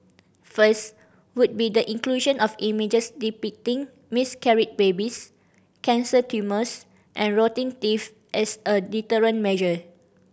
first would be the inclusion of images depicting miscarried babies cancer tumours and rotting teeth as a deterrent measure